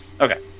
Okay